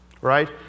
Right